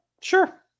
sure